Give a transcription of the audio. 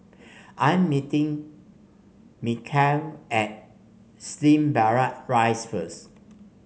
I'm meeting Michaele at Slim Barrack Rise first